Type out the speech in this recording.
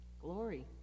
Glory